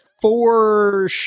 four